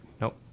Nope